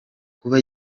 kuba